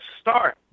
start